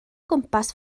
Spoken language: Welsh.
gwmpas